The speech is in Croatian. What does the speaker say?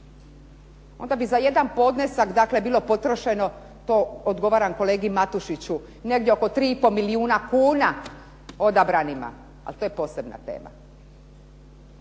Onda bi za jedan podnesak dakle bilo potrošeno, to odgovaram kolegi Matušiću, negdje oko 3,5 milijuna kuna odabranima. Ali to je posebna tema.